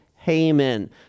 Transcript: Haman